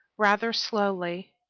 rather slowly,